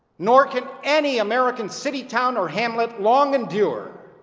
nor can any american city, town or hamlet long endure